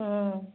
हूं